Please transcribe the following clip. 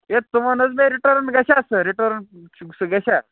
ہے ژٕ وَن حظ مےٚ رِٹٲرٕن گژھیٛا سُہ رِٹٲرٕن چھُ سُہ گژھیٛا